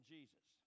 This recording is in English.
Jesus